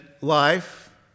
life